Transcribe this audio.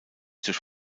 durch